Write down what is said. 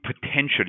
potentially